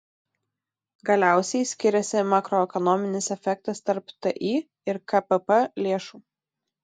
galiausiai skiriasi makroekonominis efektas tarp ti ir kpp lėšų